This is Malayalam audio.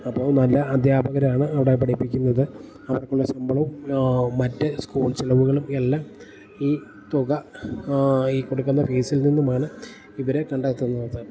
അപ്പോള് നല്ല അധ്യാപകരാണ് അവിടെ പഠിപ്പിക്കുന്നത് അവർക്കുള്ള ശമ്പളവും മറ്റ് സ്കൂൾ ചെലവുകളുമെല്ലാം ഈ തുക ഈ കൊടുക്കുന്ന ഫീസിൽ നിന്നുമാണ് ഇവര് കണ്ടെത്തുന്നത്